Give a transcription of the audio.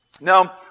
Now